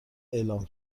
اعلام